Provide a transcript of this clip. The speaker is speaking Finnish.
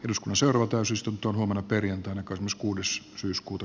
joskus arvo täysistuntoon huomenna perjantaina kosmos kuudes syyskuuta